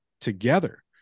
together